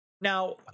now